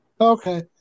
Okay